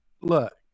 look